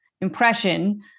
impression